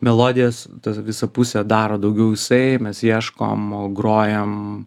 melodijas tas visą pusę daro daugiau jisai mes ieškom grojam